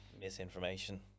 misinformation